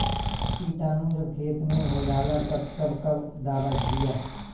किटानु जब खेत मे होजाला तब कब कब दावा दिया?